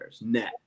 net